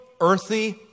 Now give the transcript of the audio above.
earthy